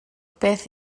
beth